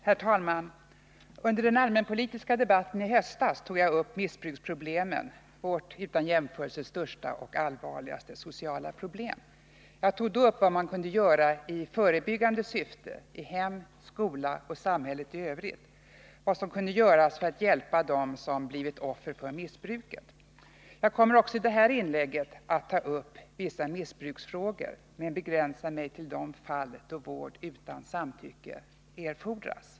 Herr talman! Under den allmänpolitiska debatten i höstas tog jag upp missbruksproblemet, vårt utan jämförelse största och allvarligaste sociala problem. Jag tog då upp vad man kunde göra i förebyggande syfte i hem, skola och samhället i övrigt, vad man kunde göra för att hjälpa dem som blivit offer för missbruket. Jag kommer även i detta inlägg att ta upp vissa missbruksfrågor men begränsar mig till de fall då vård utan samtycke erfordras.